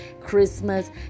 Christmas